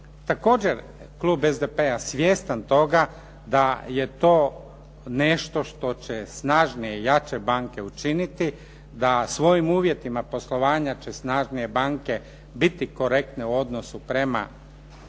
Također, klub SDP-a svjestan toga da je to nešto što će snažnije, jače banke učiniti, da svojim uvjetima poslovanja će snažnije banke biti korektne u odnosu prema